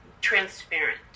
transparent